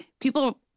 people